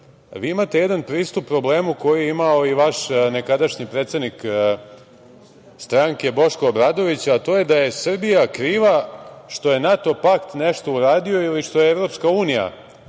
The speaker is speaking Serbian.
imate jedan pristup problemu koji je imao i vaš nekadašnji predsednik stranke Boško Obradović, a to je da je Srbija kriva što je NATO pakt nešto uradio ili što je EU nešto uradila.